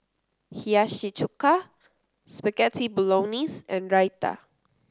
Hiyashi Chuka Spaghetti Bolognese and Raita